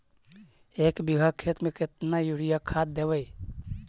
एक बिघा खेत में केतना युरिया खाद देवै?